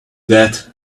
that